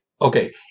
Okay